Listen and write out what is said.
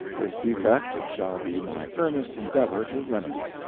this defect it shall be my earnest endeavour to remedy.